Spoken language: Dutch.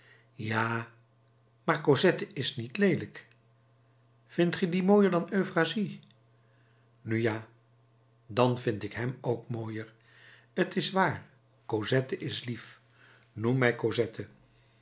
ja maar cosette is niet leelijk vindt ge dien mooier dan euphrasie nu ja dan vind ik hem ook mooier t is waar cosette is lief noem